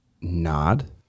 nod